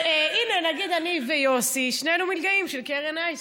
הינה, נגיד אני ויוסי, שנינו מלגאים של קרן אייסף,